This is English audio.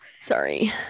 sorry